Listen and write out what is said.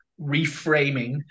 reframing